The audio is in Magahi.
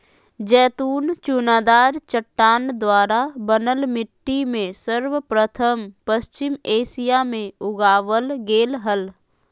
जैतून चुनादार चट्टान द्वारा बनल मिट्टी में सर्वप्रथम पश्चिम एशिया मे उगावल गेल हल